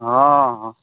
ᱦᱚᱸ ᱦᱚᱸ